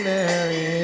Mary